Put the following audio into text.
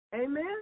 Amen